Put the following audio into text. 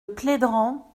plédran